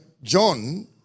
John